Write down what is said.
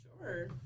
Sure